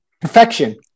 Perfection